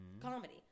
comedy